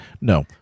no –